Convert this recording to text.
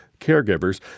caregivers